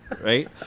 right